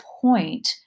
point